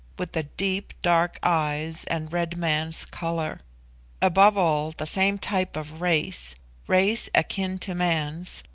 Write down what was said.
with the deep dark eyes and red man's colour above all, the same type of race race akin to man's,